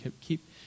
Keep